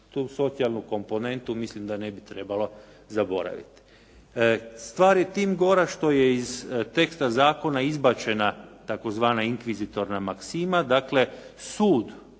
tu socijalnu komponentu mislim da ne bi trebalo zaboraviti. Stvar je tim gora što je iz teksta zakona izbačena tzv. inkvizitorna maksima, dakle sud